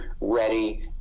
ready